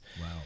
Wow